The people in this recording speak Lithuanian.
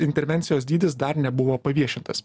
intervencijos dydis dar nebuvo paviešintas